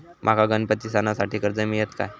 माका गणपती सणासाठी कर्ज मिळत काय?